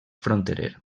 fronterer